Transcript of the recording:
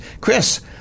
chris